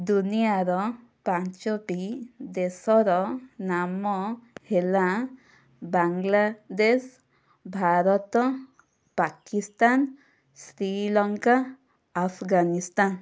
ଦୁନିଆର ପାଞ୍ଚଟି ଦେଶର ନାମ ହେଲା ବାଂଲାଦେଶ ଭାରତ ପାକିସ୍ତାନ ଶ୍ରୀଲଙ୍କା ଆଫଗାନିସ୍ତାନ